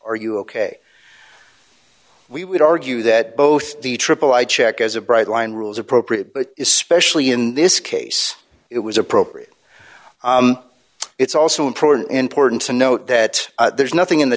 are you ok we would argue that both the triple i check as a bright line rules appropriate but is specially in this case it was appropriate it's also important important to note that there's nothing